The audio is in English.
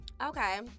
Okay